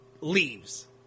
leaves